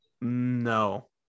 No